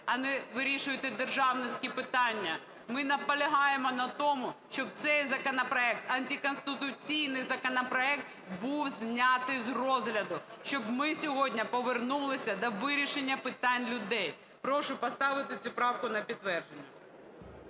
а не вирішуєте державницькі питання. Ми наполягаємо на тому, щоб цей законопроект, антиконституційний законопроект, був знятий з розгляду, щоб ми сьогодні повернулися до вирішення питань людей. Прошу поставити цю правку на підтвердження.